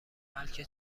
بلکه